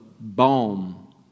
balm